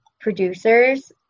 producers